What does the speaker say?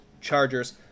Chargers –